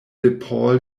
depaul